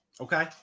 Okay